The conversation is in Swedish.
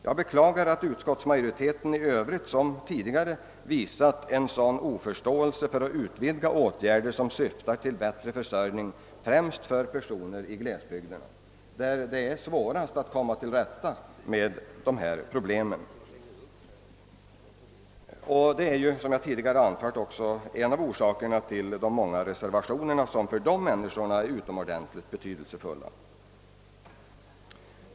Jag beklagar att utskottsmajoriteten såsom tidigare visat en sådan oförståelse för att utvidga åtgärder som syftar till en bättre försörjning, främst för personer i glesbygderna, där det är svårast att komma till rätta med de här problemen. Som jag tidigare anfört är detta en av orsakerna till de många reservationerna, vilka för dessa människor är utomordentligt betydelsefulla.